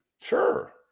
Sure